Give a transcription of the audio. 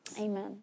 amen